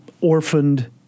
orphaned